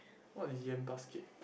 what is yam basket